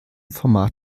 format